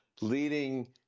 leading